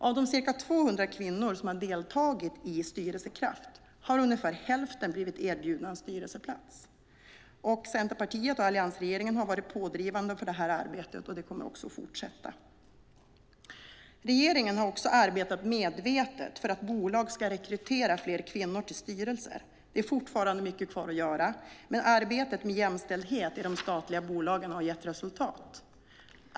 Av de ca 200 kvinnor som har deltagit i Styrelsekraft har ungefär hälften blivit erbjudna en styrelseplats. Centerpartiet och alliansregeringen har varit pådrivande för det här arbetet, och det kommer också att fortsätta. Regeringen har också arbetat medvetet för att bolag ska rekrytera fler kvinnor till styrelser. Det är fortfarande mycket kvar att göra, men arbetet med jämställdhet i de statliga bolagen har gett resultat.